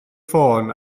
ffôn